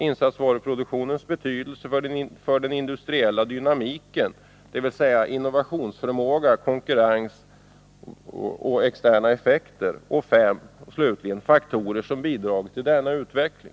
Insatsvaruproduktionens betydelse för ”den industriella dynamiken”, dvs. innovationsförmåga, konkurrens och externa effekter. 5. Faktorer som bidragit till denna utveckling.